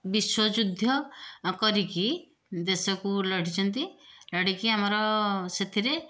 ବିଶ୍ଵଯୁଦ୍ଧ କରିକି ଦେଶକୁ ଲଢ଼ିଛନ୍ତି ଲଢ଼ିକି ଆମର ସେଥିରେ